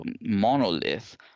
monolith